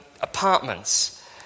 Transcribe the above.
apartments